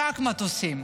רק מטוסים.